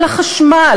על החשמל,